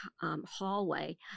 hallway